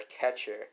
catcher